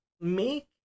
make